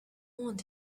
want